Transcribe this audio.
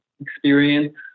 experience